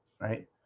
right